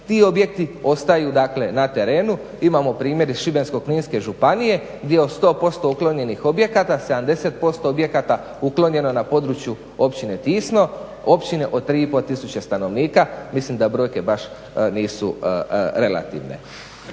ti objekti ostaju na terenu. Imamo primjer iz Šibensko-kninske županije gdje je od 100% uklonjenih objekata 70% objekata uklonjeno na području Općine Tisno, općine od 3500 stanovnika. Mislim da brojke baš nisu relativne.